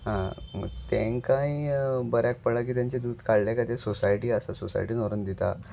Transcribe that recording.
तांकांय बऱ्याक पडला की तेंचे दूद काडले खातीर सोसायटी आसा सोसायटी व्हरून दितता